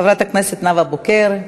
חברת הכנסת נאוה בוקר,